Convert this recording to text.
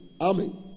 Amen